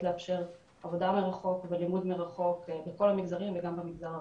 לאפשר עבודה מרחוק ולימוד מרחוק בכל המגזרים וגם במגזר הערבי.